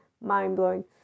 mind-blowing